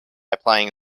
applying